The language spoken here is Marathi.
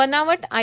बनावट आय